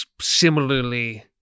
similarly